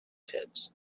pits